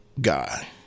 guy